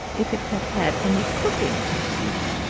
if it had had any cooking to speak